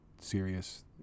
serious